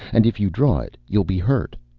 and if you draw it, you'll be hurt.